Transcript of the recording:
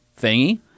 thingy